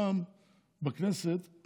פעם בכנסת,